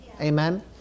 Amen